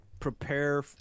prepare